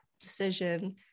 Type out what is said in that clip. decision